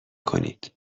کنید